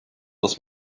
dass